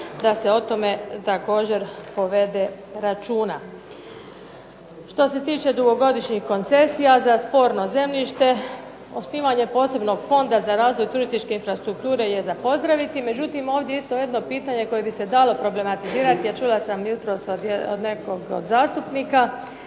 da se o tome također povede računa. Što se tiče dugogodišnjih koncesija za sporno zemljište osnivanje posebnog fonda za razvoj turističke infrastrukture je za pozdraviti, međutim ovdje je isto jedno pitanje koje bi se dalo problematizirati a čula sam jutros od nekog od zastupnika